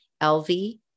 lv